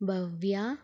Bhavya